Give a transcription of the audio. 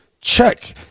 Check